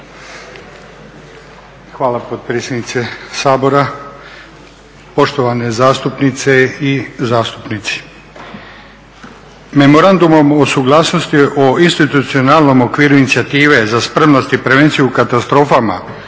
Hvala potpredsjednice Sabora. Poštovane zastupnice i zastupnici, memorandumom o suglasnosti o institucionalnom okviru inicijative za spremnost i prevenciju u katastrofama